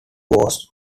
was